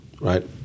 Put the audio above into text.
right